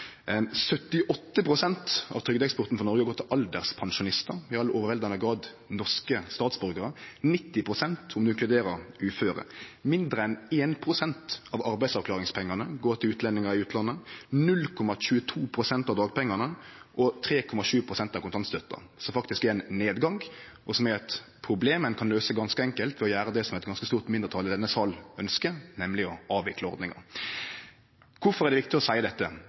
av trygdeeksporten frå Noreg går til alderspensjonistar, som i overveldande grad er norske statsborgarar. Dette talet er 90 pst. om ein inkluderer uføre. Mindre enn 1 pst. av arbeidsavklaringspengane går til utlendingar i utlandet. 0,22 pst. av dagpengane og 3,7 pst. av kontantstøtta – noko som faktisk er ein nedgang. Det siste er eit problem som ein kan løyse ganske enkelt ved å gjere det som eit ganske stort mindretal i denne salen ønskjer, nemleg avvikle ordninga. Kvifor er det viktig å seie dette?